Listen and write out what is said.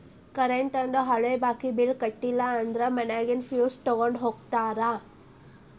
ಕರೆಂಟೇಂದು ಹಳೆ ಬಾಕಿ ಬಿಲ್ಸ್ ಕಟ್ಟಲಿಲ್ಲ ಅಂದ್ರ ಮನ್ಯಾಗಿನ್ ಫ್ಯೂಸ್ ತೊಕ್ಕೊಂಡ್ ಹೋಗ್ತಾರಾ